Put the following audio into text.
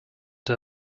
der